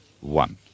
one